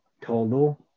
total